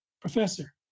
professor